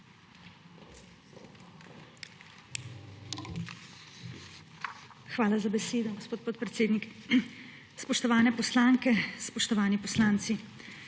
Hvala za besedo, gospod podpredsednik. Spoštovane poslanke, spoštovani poslanci!